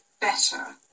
better